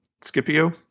Scipio